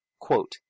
quote